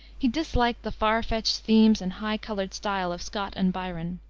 he disliked the far-fetched themes and high-colored style of scott and byron.